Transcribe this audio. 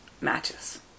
matches